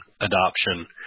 adoption